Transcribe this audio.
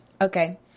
Okay